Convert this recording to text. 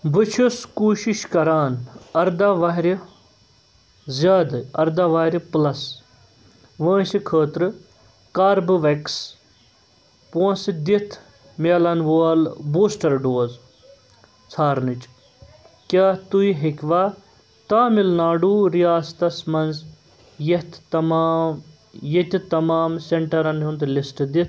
بہٕ چھُ کوٗشِش کران اَرداہ وُہرِ زیادٕ اَرداہ وُہرِ پٕلَس وٲنٛسہِ خٲطرٕ کاربِوویٚکٕس پونٛسہٕ دِتھ میلان وول بوٗسٹر ڈوز ژھارنٕچ کیٛاہ تُہۍ ہیٚکوا تامِل ناڈوٗ ریاستس مَنٛز یتھ تمام ییٚتہِ تمام سیٚنٹرن ہُنٛد لسٹہٕ دِتھ